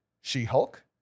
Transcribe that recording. She-Hulk